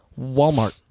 Walmart